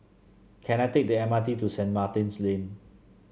can I take the M R T to Saint Martin's Lane